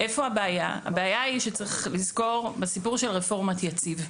הבעיה היא שצריך לזכור את הסיפור של רפורמת יציב.